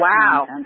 Wow